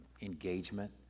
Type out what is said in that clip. engagement